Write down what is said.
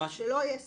שלא תהיה סתירה.